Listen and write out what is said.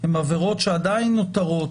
הן עבירות שעדיין נותרות.